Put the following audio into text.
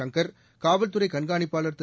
சங்கர் காவல்துறை கண்காணிப்பாளர் திரு